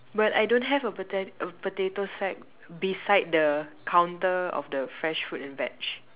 but I don't have a pota~ potato sack beside the counter of the fresh fruits and veg